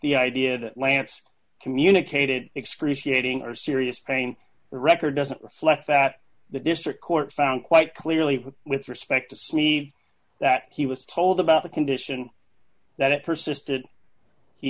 the idea that lance communicated excruciating or serious pain record doesn't reflect that the district court found quite clearly with respect to sneyd that he was told about the condition that it persisted he